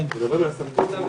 אנחנו מדברים על הסמכות להמליץ.